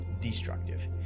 destructive